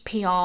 PR